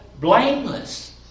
blameless